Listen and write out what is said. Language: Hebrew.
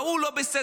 ההוא לא בסדר,